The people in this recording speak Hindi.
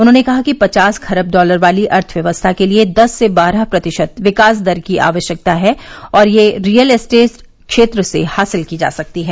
उन्होंने कहा कि पचास खरब डॉलर वाली अर्थव्यवस्था के लिए दस से बारह प्रतिशत विकास दर की आवश्यकता है और ये रीयल एस्टेट क्षेत्र से हासिल की जा सकती है